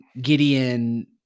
Gideon